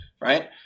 Right